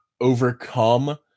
overcome